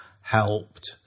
helped